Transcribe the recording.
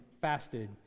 fasted